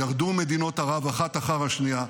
ירדו מדינות ערב אחת אחר השנייה,